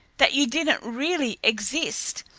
that you didn't really exist,